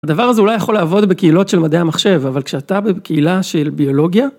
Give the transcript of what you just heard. הדבר הזה אולי יכול לעבוד בקהילות של מדעי המחשב, אבל כשאתה בקהילה של ביולוגיה